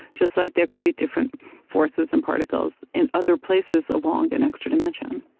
just like there can be different forces and particles in other places, along an extra dimension